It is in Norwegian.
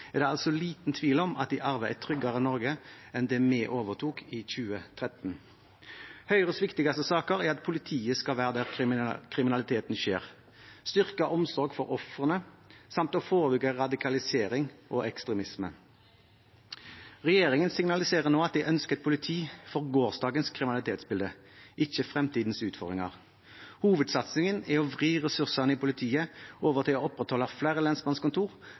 er det liten tvil om at de arver et tryggere Norge enn det vi overtok i 2013. Høyres viktigste saker er at politiet skal være der kriminaliteten skjer, styrket omsorg for ofrene samt å forebygge radikalisering og ekstremisme. Regjeringen signaliserer at den ønsker et politi for gårsdagens kriminalitetsbilde, ikke fremtidens utfordringer. Hovedsatsingen er å vri ressursene i politiet over til å opprettholde flere lensmannskontor